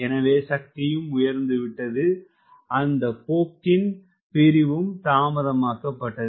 எனவே சக்தி உயர்ந்துவிட்டது அந்த போக்கின் பிரிவும் தாமதமாக்கப்பட்டது